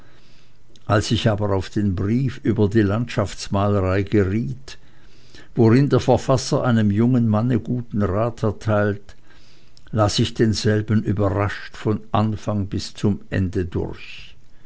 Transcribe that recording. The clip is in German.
als ich aber auf den brief über die landschaftmalerei geriet worin der verfasser einem jungen manne guten rat erteilt las ich denselben überrascht vom anfang bis zum ende durch